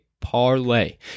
parlay